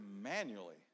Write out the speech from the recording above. manually